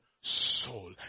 soul